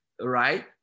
right